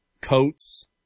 coats